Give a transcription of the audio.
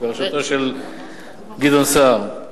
בראשותו של גדעון סער.